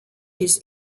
his